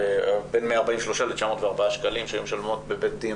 בין 143-904 שקלים שהן משלמות בבית דין